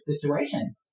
situation